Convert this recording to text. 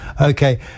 okay